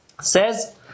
says